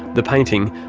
the painting,